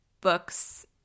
books